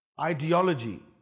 ideology